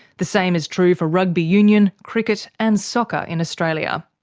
the same is true for rugby union, cricket and soccer in australia.